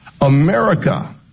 America